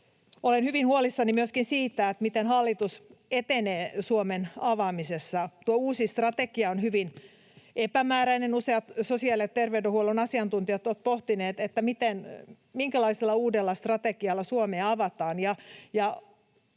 olen hyvin huolissani myöskin siitä, miten hallitus etenee Suomen avaamisessa. Tuo uusi strategia on hyvin epämääräinen — useat sosiaali- ja terveydenhuollon asiantuntijat ovat pohtineet, minkälaisella uudella strategialla Suomea avataan.